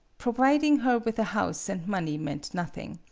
providing her with a house and money meant nothing.